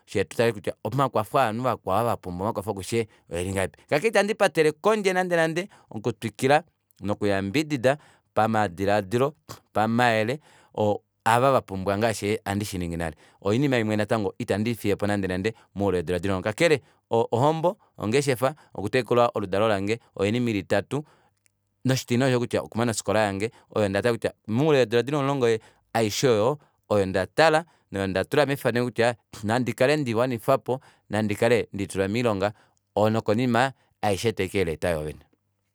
Fyee tutale kutya omakwafo ovanhu ovo vapumgwa omakwafo kufye okulingahelipi kakale ita ndipatele pondje nande nande okutwikila nokuyambidida pamadilaadilo pamayele ava vapumbwa ngaashi handi shiningi nale oyo oinima imwe natango ita ndiifiyepo nande nande moule weedula dili omulongo kakele ohombo ongeshefa okutekula oludalo lange oyo oinima ili itatu noshitine oshosho kutya okumana ofikola yange oyo ndatala kutya moule weedula dilongo omulongo aishe oyo oyo ndatala noyo ndatula mefaneko kutya nandi kale ndeiwanifapo nandikale ndeitula moilonga nokonima aishe taike leeta yoovene